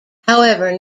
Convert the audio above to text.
however